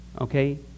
Okay